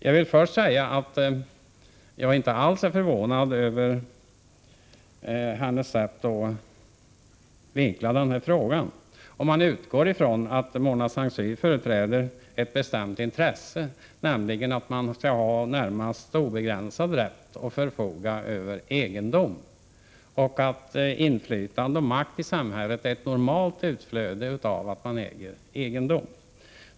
Jag är inte alls förvånad över hennes sätt att vinkla denna fråga, om man utgår från att hon företräder ett bestämt intresse, nämligen att man skall ha närmast obegränsad rätt att förfoga över sin egendom. Inflytande och makt i samhället skall vara ett normalt utflöde av att man äger egendom.